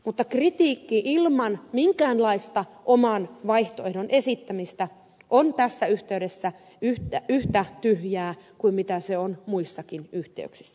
mutta kritiikki ilman minkäänlaista oman vaihtoehdon esittämistä on tässä yhteydessä yhtä tyhjää kuin se on muissakin yhteyksissä